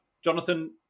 Jonathan